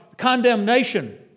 condemnation